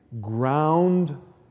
ground